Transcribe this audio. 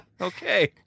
Okay